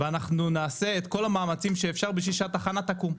נעשה את כל המאמצים שאפשר בשביל שהתחנה תקום.